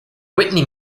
whitney